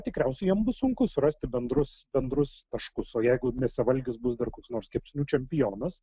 tikriausiai jiem bus sunku surasti bendrus bendrus taškus o jeigu mėsavalgis bus dar koks nors kepsnių čempionas